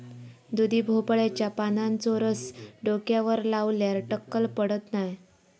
दुधी भोपळ्याच्या पानांचो रस डोक्यावर लावल्यार टक्कल पडत नाय